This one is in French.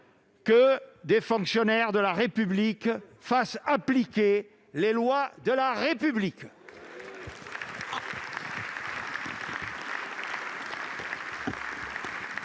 que des fonctionnaires de la République fassent appliquer les lois de la République